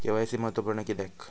KYC महत्त्वपुर्ण किद्याक?